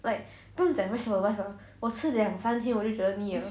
like 不用讲 rest of the life ah 我吃两三天我就觉得腻 liao